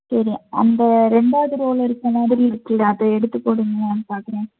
சரி அந்த ரெண்டாவது ரோவில் இருக்க மாதிரி இருக்கில்ல அதை எடுத்து போடுங்களேன் பார்க்கறேன்